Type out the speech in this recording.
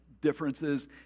differences